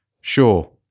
sure